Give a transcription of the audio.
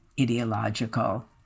ideological